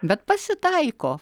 bet pasitaiko